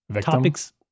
topics